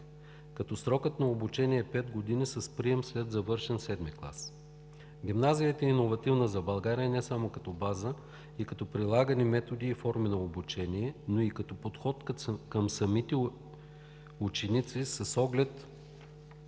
като срокът на обучение е пет години с прием след завършен седми клас. Гимназията е иновативна за България не само като база и като прилагани методи и форми на обучение, но и като подход към самите ученици с оглед на